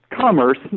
commerce